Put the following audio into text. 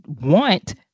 want